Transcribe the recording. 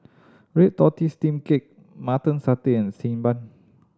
red tortoise steamed cake Mutton Satay and Xi Ban